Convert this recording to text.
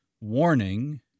warning